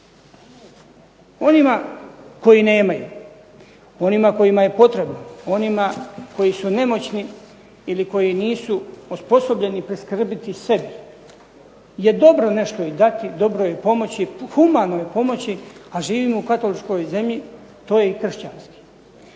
Onima koji nemaju, onima kojima je potrebno, onima koji su nemoćni ili koji nisu osposobljeni priskrbiti sebi je dobro nešto i dati, dobro je pomoći, humano je pomoći, a živimo u katoličkoj zemlji, to je i kršćanski,